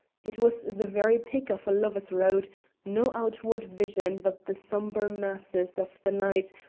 it was the very pick of a lover's road no outward vision but the sombre masses of the night,